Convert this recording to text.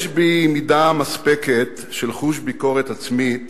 יש בי מידה מספקת של חוש ביקורת עצמית